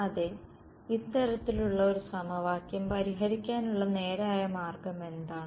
അതെ ഇത്തരത്തിലുള്ള ഒരു സമവാക്യം പരിഹരിക്കാനുള്ള നേരായ മാർഗം എന്താണ്